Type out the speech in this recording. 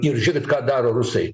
ir žėkit ką daro rusai